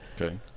Okay